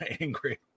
angry